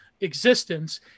existence